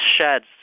sheds